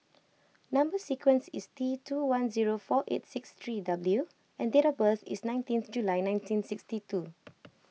Number Sequence is T two one zero four eight six three W and date of birth is nineteen July nineteen sixty two